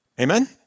Amen